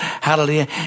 Hallelujah